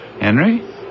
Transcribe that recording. Henry